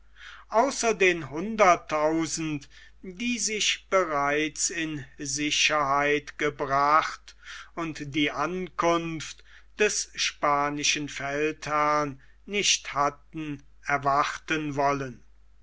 außer den hunderttausend die sich bereits in sicherheit gebracht und die ankunft des spanischen feldherrn nicht hatten erwarten wollen